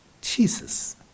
Jesus